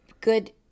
good